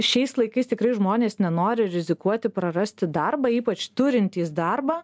šiais laikais tikrai žmonės nenori rizikuoti prarasti darbą ypač turintys darbą